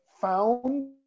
found